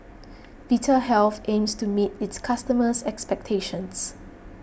Vitahealth aims to meet its customers' expectations